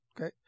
okay